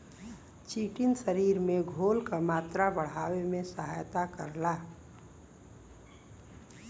chitin शरीर में घोल क मात्रा बढ़ावे में सहायता करला